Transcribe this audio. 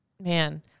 man